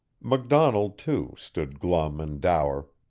mcdonald, too, stood glum and dour,